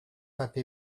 pape